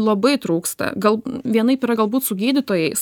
labai trūksta gal vienaip yra galbūt su gydytojais